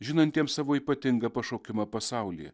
žinantiems savo ypatingą pašaukimą pasaulyje